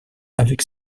avec